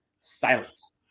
Silence